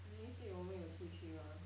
this week 我没有出去 mah